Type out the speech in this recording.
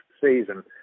season